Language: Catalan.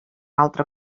altre